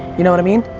you know what i mean?